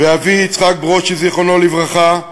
ואבי יצחק ברושי, זיכרונו לברכה,